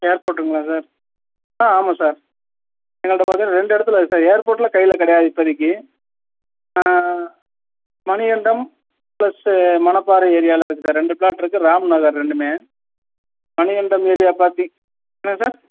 ஏர் போர்ட்டுங்களா சார் ஆ ஆமாம் சார் எங்கள்கிட்ட பார்த்தீன்னா ரெண்டு இடத்துல இருக்குது சார் ஏர்போர்ட்ல கையில கிடையாது இப்போதிக்கி மணிகண்டம் ப்ளஸ்ஸு மணப்பாறை ஏரியாவில இருக்குது சார் ரெண்டு ப்ளாட்ருக்கு ராம் நகர் ரெண்டுமே மணிகண்டம் ஏரியா பாத்தீ என்ன சார்